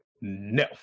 No